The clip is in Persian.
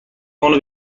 اونو